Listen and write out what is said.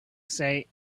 say